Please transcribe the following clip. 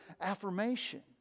affirmation